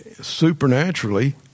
supernaturally